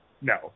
no